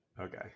Okay